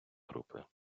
групи